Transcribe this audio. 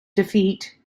defeat